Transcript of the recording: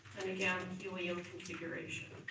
and again, helium configuration.